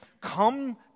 come